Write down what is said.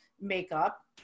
Makeup